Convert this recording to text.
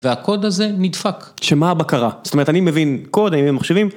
והקוד הזה נדפק. שמה הבקרה? זאת אומרת, אני מבין קוד, אני מבין מחשבים.